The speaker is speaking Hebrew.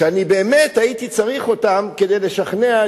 שאני באמת הייתי צריך אותן כדי לשכנע,